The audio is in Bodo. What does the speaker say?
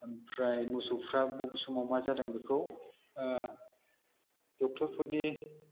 ओमफ्राय मोसौफ्रा बबे समाव मा जादों बेखौ डक्टरफोरनि